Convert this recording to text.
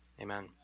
amen